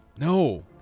No